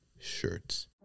shirts